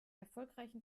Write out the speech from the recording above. erfolgreichen